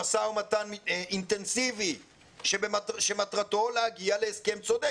למשא ומתן אינטנסיבי שמטרתו להגיע להסכם צודק